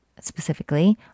specifically